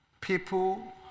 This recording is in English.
people